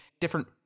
different